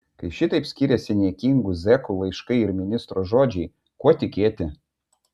kai šitaip skiriasi niekingų zekų laiškai ir ministro žodžiai kuo tikėti